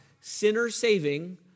sinner-saving